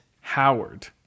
Howard